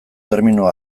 termino